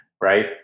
Right